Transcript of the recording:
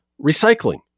recycling